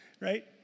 Right